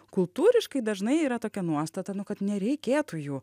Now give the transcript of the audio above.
kultūriškai dažnai yra tokia nuostata nu kad nereikėtų jų